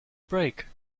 break